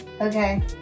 Okay